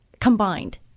combined